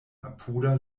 apuda